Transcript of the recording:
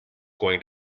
going